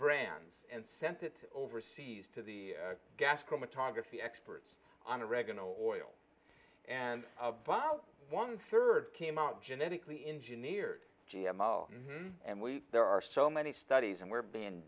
brands and sent it overseas to the gas chromatography experts on regen or oil and by one third came out genetically engineered g m o and we there are so many studies and we're being